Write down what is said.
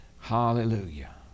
Hallelujah